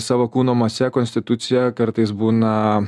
savo kūno mase konstitucija kartais būna